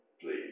please